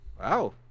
Wow